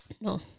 No